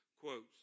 quotes